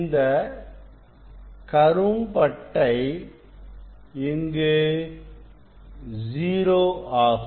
இந்த கரும் பட்டை இங்கு 0 ஆகும்